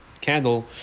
candle